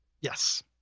Yes